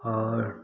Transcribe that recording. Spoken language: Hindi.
और